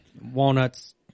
walnuts